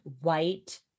white